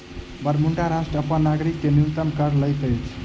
Bermuda राष्ट्र अपन नागरिक से न्यूनतम कर लैत अछि